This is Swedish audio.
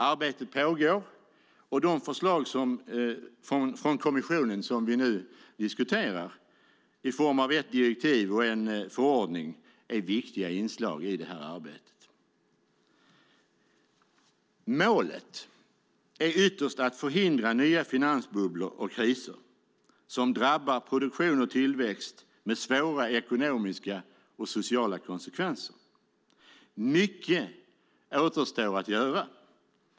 Arbetet pågår, och de förslag från kommissionen som vi nu diskuterar i form av ett direktiv och en förordning är viktiga inslag i arbetet. Målet är ytterst att förhindra nya finansbubblor och kriser som drabbar produktion och tillväxt med svåra ekonomiska och sociala konsekvenser. Mycket återstår att göra.